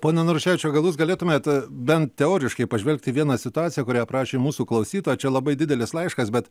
pone naruševičiau gal jūs galėtumėt bent teoriškai pažvelgt į vieną situaciją kurią aprašė mūsų klausytoja čia labai didelės laiškas bet